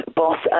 boss